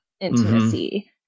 intimacy